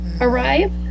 arrive